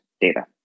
data